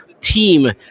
team